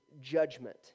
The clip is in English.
judgment